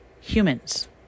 humans